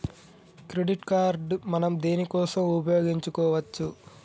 Credit card మనం దేనికోసం ఉపయోగించుకోవచ్చు?